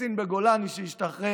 קצין בגולני שהשתחרר.